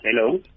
Hello